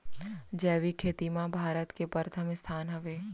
जैविक खेती मा भारत के परथम स्थान हवे